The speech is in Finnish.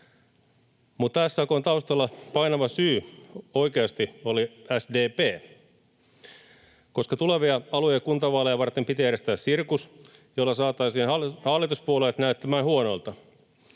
Mutta SAK:n taustalla painava syy oikeasti oli SDP, koska tulevia alue- ja kuntavaaleja varten piti järjestää sirkus, jolla saataisiin hallituspuolueet näyttämään huonolta.